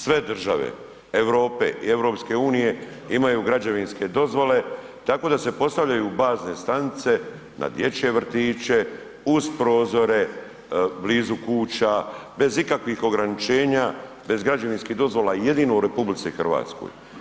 Sve države Europe i EU imaju građevinske dozvole tako da se postavljaju bazne stanice na dječje vrtiće, uz prozore blizu kuća bez ikakvih ograničenja, bez građevinskih dozvola jedino u RH.